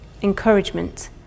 encouragement